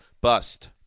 bust